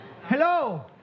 Hello